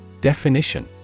Definition